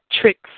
tricks